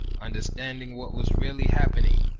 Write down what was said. understanding what was really happening,